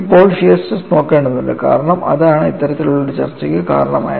ഇപ്പോൾ shear stress നോക്കേണ്ടതുണ്ട് കാരണം അതാണ് ഇത്തരത്തിലുള്ള ഒരു ചർച്ചയ്ക്ക് കാരണമായത്